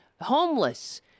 homeless